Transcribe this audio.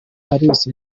paris